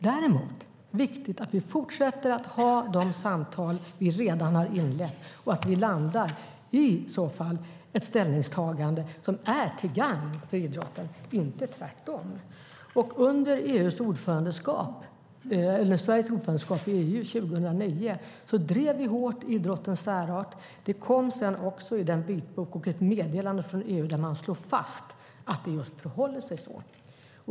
Däremot är det viktigt att vi fortsätter att ha de samtal vi redan har inlett och att vi i så fall landar i ett ställningstagande som är till gagn för idrotten - inte tvärtom. Under Sveriges ordförandeskap i EU 2009 drev vi idrottens särart hårt. Det kom sedan en vitbok och ett meddelande från EU där man slog fast att det just förhåller sig så.